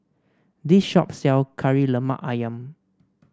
this shop sell Kari Lemak ayam